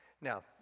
Now